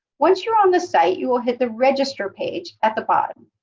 once you're on the site, you will hit the register page at the bottom.